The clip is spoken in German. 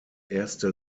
erste